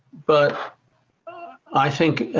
but i think,